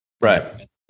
Right